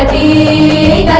e